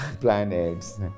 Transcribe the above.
planets